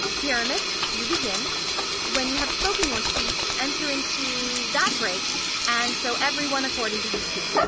pyramus, you begin when you have spoken your speech, enter into that brake and so every one according to his cue.